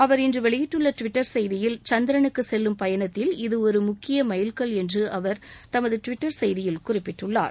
அவர் இன்று வெளியிட்டுள்ள ட்விட்டர் செய்தியில் சந்திரனுக்கு செல்லும் பயணத்தில் இது ஒரு முக்கிய மைல்கல் என்று அவர் தமது ட்விட்டர் செய்தியில் குறிப்பிட்டுள்ளார்